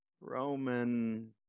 Roman